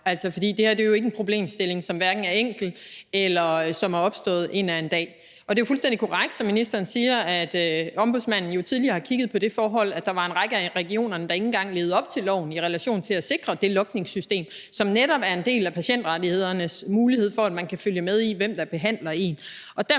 For det her er jo ikke en problemstilling, som er enkel, eller som er opstået en eller anden dag. Og det er jo fuldstændig korrekt, som ministeren siger, at ombudsmanden jo tidligere har kigget på det forhold, at der var en række af regionerne, der ikke engang levede op til loven i relation til at sikre det logningssystem, som netop er en del af den mulighed i patientrettighederne for at kunne følge med i, hvem der behandler dem. Derfor